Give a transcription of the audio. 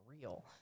real